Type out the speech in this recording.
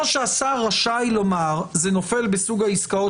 או שהשר רשאי לומר שזה נופל בסוג העסקאות